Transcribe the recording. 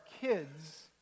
kids